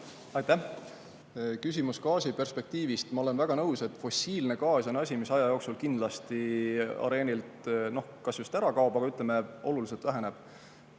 Aitäh! Küsimus gaasi perspektiivist. Ma olen väga nõus, et fossiilne gaas on asi, mis aja jooksul kindlasti areenilt, noh, kas just ära kaob, aga, ütleme, oluliselt väheneb.